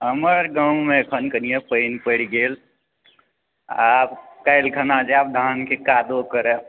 हमर गाममे अखन कनिए पानि पड़ गेल आब काल्हि खना जाएब धानके कादो करऽ